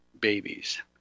babies